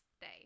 day